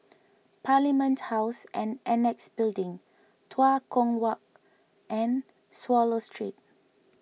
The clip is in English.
Parliament House and Annexe Building Tua Kong Walk and Swallow Street